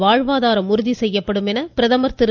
வாழ்வாதாரம் உறுதி செய்யப்படும் என பிரதமர் திரு